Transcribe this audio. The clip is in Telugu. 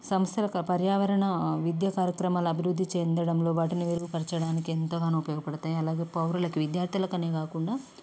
సంస్థ యొక్క పర్యావరణ విద్య కార్యక్రమాల అభివృద్ధి చెందడంలో వాటిని మెరుగు పరచడానికి ఎంతగానో ఉపయోగపడతాయి అలాగే పౌరులకు విద్యార్థులకి అనే కాకుండా